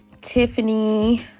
Tiffany